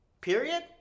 Period